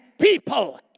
people